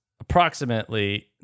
approximately